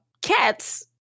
cats